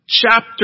chapter